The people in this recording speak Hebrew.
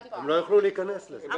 למה?